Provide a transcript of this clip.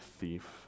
thief